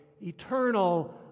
eternal